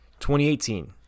2018